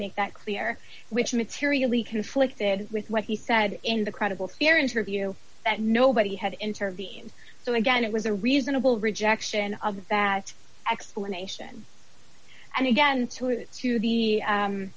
make that clear which materially conflicted with what he said in the credible fear interview that nobody had intervened so again it was a reasonable rejection of that explanation and again to t